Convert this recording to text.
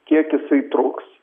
kiek jisai truks